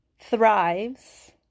thrives